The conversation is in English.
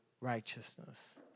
righteousness